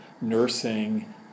nursing